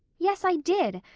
yes, i did.